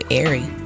airy